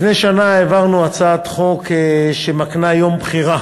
לפני שנה העברנו הצעת חוק שמקנה יום בחירה